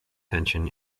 tension